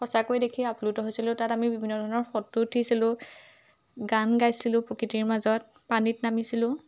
সঁচাকৈ দেখি আপ্লুত হৈছিলোঁ তাত আমি বিভিন্ন ধৰণৰ ফটো উঠিছিলোঁ গান গাইছিলোঁ প্ৰকৃতিৰ মাজত পানীত নামিছিলোঁ